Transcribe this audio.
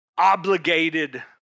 obligated